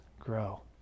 grow